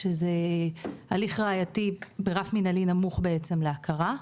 שזה הליך ראייתי ברף מנהלי נמוך בעצם להכרה,